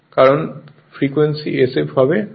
কারণ frequency sf হবে